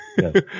Yes